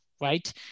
right